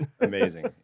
Amazing